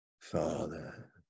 Father